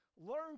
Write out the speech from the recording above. Learn